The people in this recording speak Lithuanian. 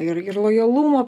ir ir lojalumo